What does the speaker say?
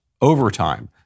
overtime